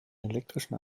elektrischen